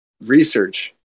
research